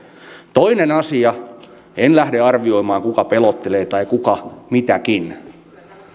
toinen asia en lähde arvioimaan kuka pelottelee tai kuka mitäkin